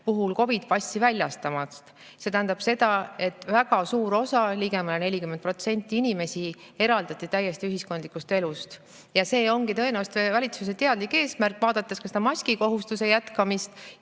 puhul COVID-i passi väljastamast. See tähendab seda, et väga suur osa, ligemale 40% inimestest eraldati täiesti ühiskondlikust elust. See tõenäoliselt ongi valitsuse teadlik eesmärk, vaadates ka maskikohustuse jätkamist